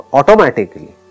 automatically